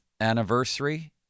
anniversary